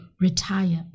retire